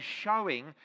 showing